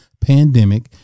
pandemic